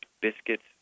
biscuits